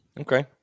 Okay